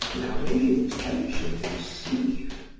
without any intention to deceive,